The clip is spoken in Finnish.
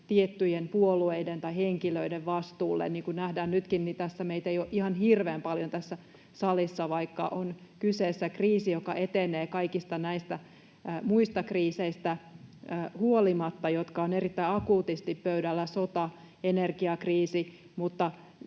tiettyjen puolueiden tai henkilöiden vastuulle. Niin kuin nähdään nytkin, meitä ei ole ihan hirveän paljon tässä salissa, vaikka on kyseessä kriisi, joka etenee kaikista näistä muista kriiseistä huolimatta, jotka ovat erittäin akuutisti pöydällä: sota, energiakriisi. Mutta